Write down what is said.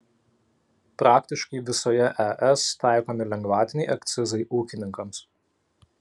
praktiškai visoje es taikomi lengvatiniai akcizai ūkininkams